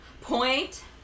Point